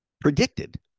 predicted